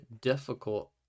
difficult